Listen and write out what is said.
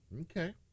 Okay